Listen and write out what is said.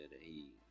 he-